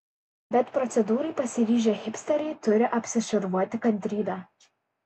bet procedūrai pasiryžę hipsteriai turi apsišarvuoti kantrybe